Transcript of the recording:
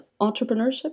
entrepreneurship